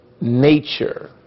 nature